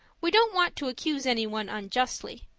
we don't want to accuse anyone unjustly,